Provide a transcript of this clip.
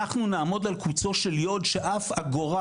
אנחנו נעמוד על קוצו של יוד שאף אגורה,